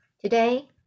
today